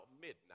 midnight